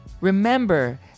remember